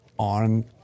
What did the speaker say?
on